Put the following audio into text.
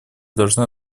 должна